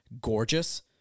gorgeous